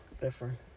Different